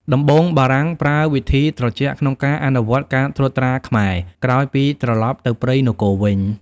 ដំបូងបារាំងប្រើវិធីត្រជាក់ក្នុងការអនុវត្តការត្រួតត្រាខ្មែរ ក្រោយពីត្រឡប់ទៅព្រៃនគរវិញ។